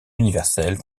universel